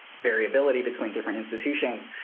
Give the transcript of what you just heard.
variability between different institutions.